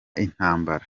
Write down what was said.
intambara